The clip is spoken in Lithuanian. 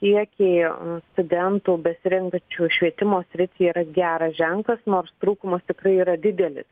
kiekiai studentų besirenkančių švietimo sritį yra geras ženklas nors trūkumas tikrai yra didelis